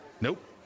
Nope